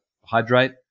hydrate